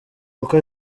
kuko